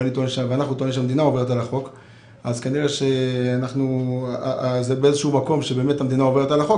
כנראה שהמדינה באמת עוברת על החוק,